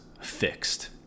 fixed